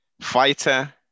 fighter